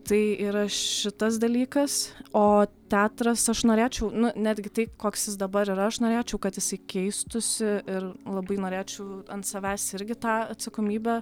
tai yra šitas dalykas o teatras aš norėčiau nu netgi tai koks jis dabar yra aš norėčiau kad jisai keistųsi ir labai norėčiau ant savęs irgi tą atsakomybę